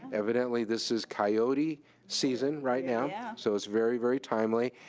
evidently this is coyote season, right now, so it's very, very timely,